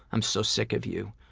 i'm so sick of you.